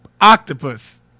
octopus